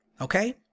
Okay